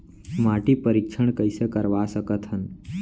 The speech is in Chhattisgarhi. माटी परीक्षण कइसे करवा सकत हन?